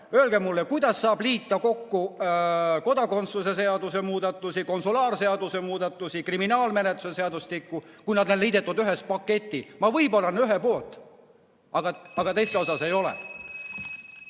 Öelge mulle, kuidas saab liita kokku kodakondsuse seaduse muudatusi, konsulaarseaduse muudatusi, kriminaalmenetluse seadustiku muudatusi, kui nad on liidetud ühte paketti. Ma võib-olla olen ühe poolt, aga teiste poolt ei ole.